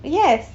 yes